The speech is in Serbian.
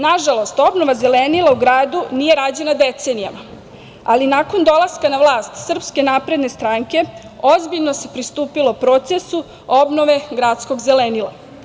Nažalost obnova zelenila u gradu nije rađena decenijama, ali nakon dolaska na vlast SNS ozbiljno se pristupilo procesu obnove gradskog zelenila.